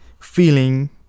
Feeling